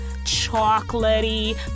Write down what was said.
chocolatey